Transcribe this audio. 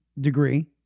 degree